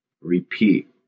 Repeat